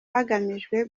hagamijwe